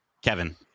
Kevin